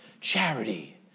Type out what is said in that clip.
Charity